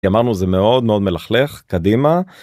אמרנו זה מאוד מאוד מלכלך קדימה.